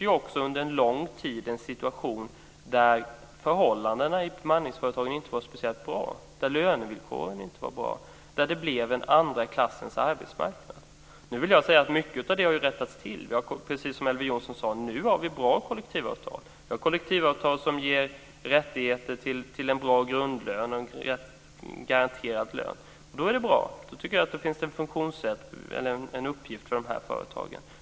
Vi hade under en lång tid en situation där förhållandena i bemanningsföretagen inte var speciellt bra, där lönevillkoren inte var bra. Det blev en andra klassens arbetsmarknad. Nu vill jag säga att mycket av detta har rättats till, och vi har nu, precis som Elver Jonsson sade, bra kollektivavtal som ger rättigheter till en bra grundlön och garanterad lön. Då är det bra. Jag tycker att det finns en uppgift för dessa företag.